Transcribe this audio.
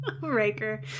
Riker